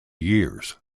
years